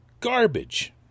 garbage